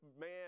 man